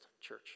church